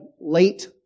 late